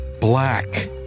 black